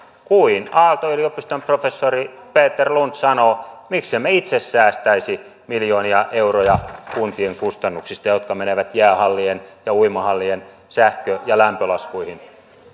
kuin aalto yliopiston professori peter lund sanoo miksi emme itse säästäisi miljoonia euroja kuntien kustannuksista jotka menevät jäähallien ja uimahallien sähkö ja lämpölaskuihin